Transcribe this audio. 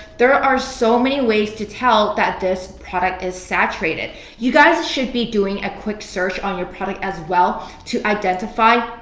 there are so many ways to tell that this product is saturated. you guys should be doing a quick search on your product as well to identify,